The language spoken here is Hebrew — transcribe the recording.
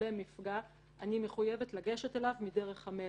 אני מחויבת לגשת אליו מדרך המלך.